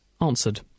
answered